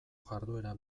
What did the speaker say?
jarduera